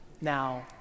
now